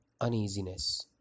uneasiness